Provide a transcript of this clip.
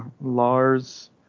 Lars